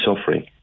suffering